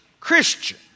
Christian